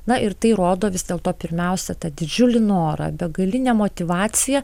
na ir tai rodo vis dėlto pirmiausia tą didžiulį norą begalinė motyvacija